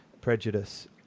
prejudice